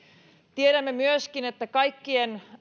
tiedämme myöskin että kaikkien